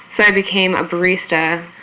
i became a barista.